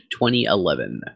2011